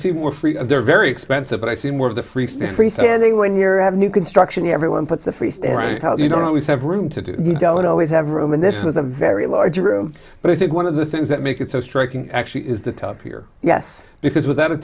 see were free and they're very expensive but i see more of the free standing standing when you're at new construction everyone puts the freestate right out you don't always have room to do you don't always have room and this was a very large room but i think one of the things that make it so striking actually is the top here yes because without a